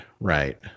right